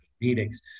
meetings